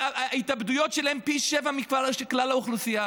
שההתאבדויות שלהם הן פי שבעה משל כלל האוכלוסייה.